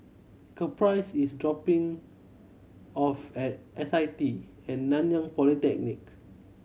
Caprice is dropping off at S I T At Nanyang Polytechnic